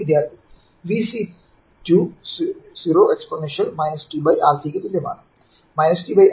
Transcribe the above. വിദ്യാർത്ഥി VC20 exponential t RC ക്ക് തുല്യമാണ്